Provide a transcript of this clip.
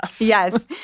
Yes